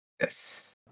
Yes